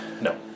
No